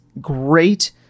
great